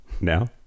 Now